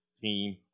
team